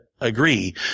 agree